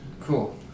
Cool